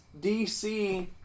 DC